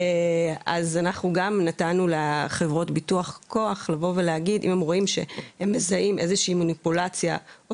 אנחנו גם נתנו לחברות הביטוח כוח לבוא ולהגיד אם הם מזהים מניפולציה או